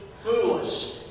foolish